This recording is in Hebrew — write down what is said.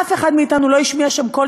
אף אחד מאתנו לא השמיע שם קול,